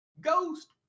Ghost